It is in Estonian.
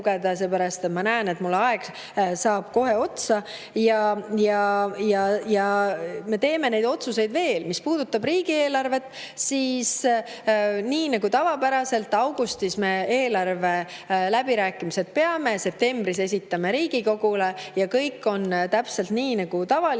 ma näen, et mu aeg saab kohe otsa. Ja me teeme neid otsuseid veel. Mis puudutab riigieelarvet, siis nii nagu tavapäraselt, augustis me peame eelarve läbirääkimised, septembris esitame selle Riigikogule – kõik on täpselt nii nagu tavaliselt.